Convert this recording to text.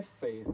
faith